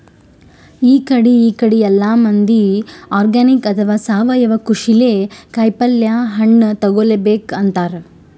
ಇಕಡಿ ಇಕಡಿ ಎಲ್ಲಾ ಮಂದಿ ಆರ್ಗಾನಿಕ್ ಅಥವಾ ಸಾವಯವ ಕೃಷಿಲೇ ಕಾಯಿಪಲ್ಯ ಹಣ್ಣ್ ತಗೋಬೇಕ್ ಅಂತಾರ್